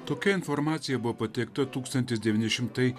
tokia informacija buvo pateikta tūkstantis devyni šimtai